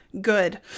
good